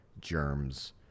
germs